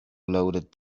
loaded